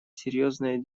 серьезное